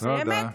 תודה.